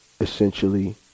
essentially